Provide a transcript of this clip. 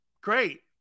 great